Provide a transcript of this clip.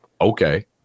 okay